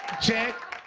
check.